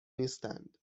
نیستند